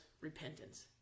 repentance